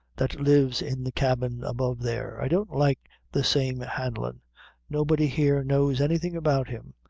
that lives in the cabin above there. i don't like the same hanlon nobody here knows anything about him,